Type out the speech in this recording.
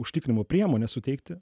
užtikrinimo priemonę suteikti